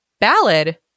ballad